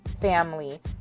family